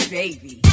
baby